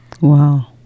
Wow